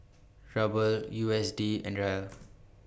Ruble U S D and Riel